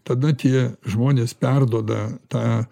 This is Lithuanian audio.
tada tie žmonės perduoda tą